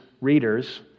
readers